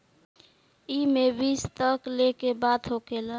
एईमे विश्व तक लेके बात होखेला